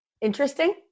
Interesting